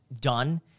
done